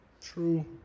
True